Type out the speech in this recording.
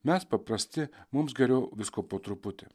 mes paprasti mums geriau visko po truputį